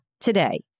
today